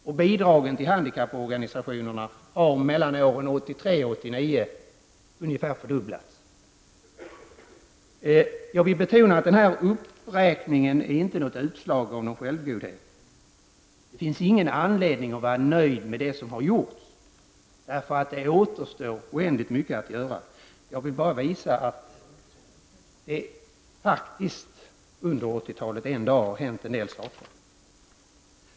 Och bidragen till handikapporganisationerna har mellan åren 1983 och 1989 ungefär fördubblats. Jag vill betona att denna uppräkning inte är något utslag av självgodhet. Det finns ingen anledning att vara nöjd med det som har gjorts, eftersom det återstår oändligt mycket att göra. Jag vill bara visa att det faktiskt under 80-talet ändå har hänt en del saker.